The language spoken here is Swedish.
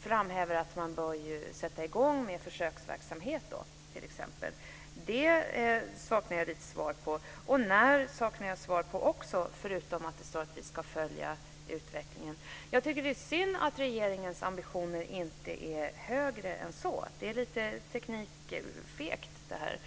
framhävs det att man bör sätta i gång med en försöksverksamhet. Det saknar jag i svaret. Jag har inte heller fått svar på frågan om när, förutom att statsrådet ska följa utvecklingen. Det är synd att regeringens ambitioner inte är högre än så. Man är lite teknikfeg, tycker jag.